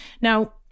Now